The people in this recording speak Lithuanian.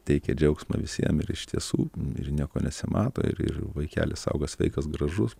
teikė džiaugsmą visiem ir iš tiesų nieko nesimato ir ir vaikelis auga sveikas gražus